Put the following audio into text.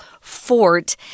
fort